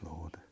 Lord